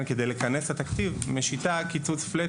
הממשלה כדי לכנס את התקציב משיתה קיצוץ FLAT